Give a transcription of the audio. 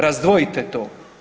Razdvojite to.